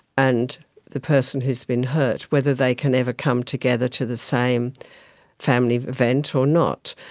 and the person who's been hurt, whether they can ever come together to the same family event or not.